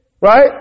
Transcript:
Right